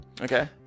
Okay